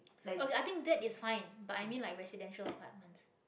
okay i think that is fine but i mean like residential apartments